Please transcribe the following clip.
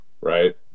right